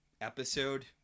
episode